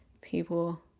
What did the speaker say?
people